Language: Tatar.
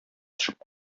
төшеп